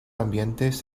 ambientes